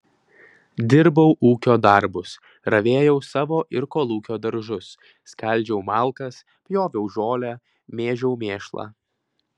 dirbau ūkio darbus ravėjau savo ir kolūkio daržus skaldžiau malkas pjoviau žolę mėžiau mėšlą